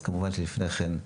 אז כמובן שלפני כן,